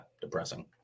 depressing